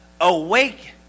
Awake